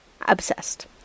Obsessed